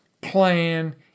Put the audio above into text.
plan